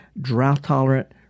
drought-tolerant